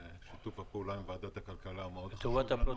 שיתוף הפעולה עם וועדת הכלכלה מאוד חשוב למשרד התיירות.